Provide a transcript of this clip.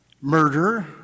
Murder